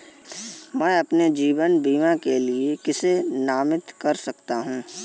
मैं अपने जीवन बीमा के लिए किसे नामित कर सकता हूं?